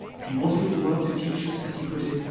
he wanted his work to teach us, as he put it,